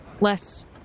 less